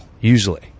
usually